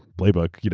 playbook. you know